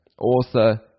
author